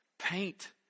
Paint